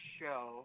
show